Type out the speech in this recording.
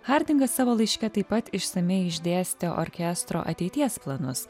hardingas savo laiške taip pat išsamiai išdėstė orkestro ateities planus